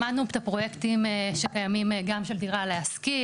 למדנו את הפרויקטים שקיימים גם של דירה להשכיר,